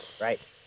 Right